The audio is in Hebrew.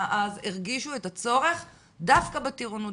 הרגישו את הצורך דווקא בטירונות,